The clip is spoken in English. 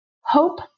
Hope